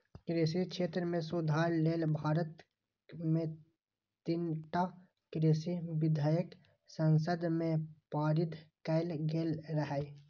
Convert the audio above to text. कृषि क्षेत्र मे सुधार लेल भारत मे तीनटा कृषि विधेयक संसद मे पारित कैल गेल रहै